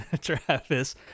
Travis